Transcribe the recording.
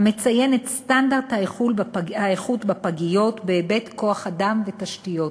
המציין את סטנדרט האיכות בפגיות בהיבט כוח-אדם ותשתיות,